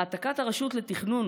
העתקת הרשות לתכנון